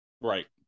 Right